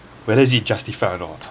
whether is it justified or not